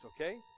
okay